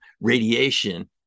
radiation